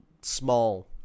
small